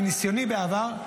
מניסיוני בעבר,